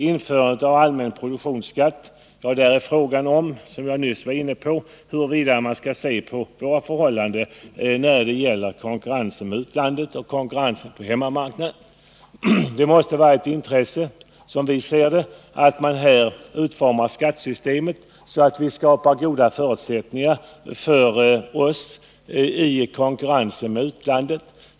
När det gäller införande av allmän produktionsskatt är frågan, som jag nyss var inne på, hur man skall se på konkurrensen med utlandet och konkurrensen på hemmamarknaden. Det måste vara ett intresse, anser vi, att man utformar skattesystemet så att man skapar goda förutsättningar för vårt näringsliv i konkurrensen med utlandet.